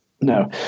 No